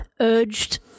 urged